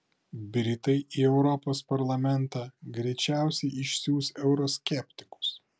britai į europos parlamentą greičiausiai išsiųs euroskeptikus